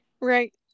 Right